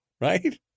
Right